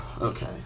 Okay